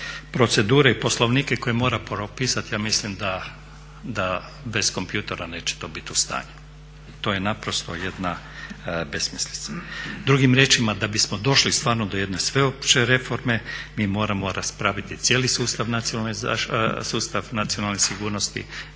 procedure i poslovnike koje mora propisati. Ja mislim da bez kompjutera neće to biti u stanju. To je naprosto jedna besmislica. Drugim riječima da bismo došli stvarno do jedne sveopće reforme mi moramo raspraviti cijeli sustav nacionalne sigurnosti